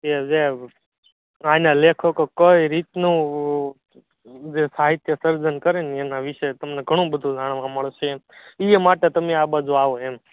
જયવ જયવ અયનાં લેખકો કઈ રીતનું સાહિત્ય જે સર્જન કરે ને એના વિષે તમને ઘણું બધું જાણવા મળશે એમ ઈ માટે તમે આ બાજુ આવો એમ